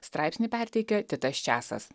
straipsnį perteikia titas česas